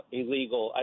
illegal –